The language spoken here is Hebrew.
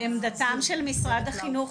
עמדתם של משרד החינוך,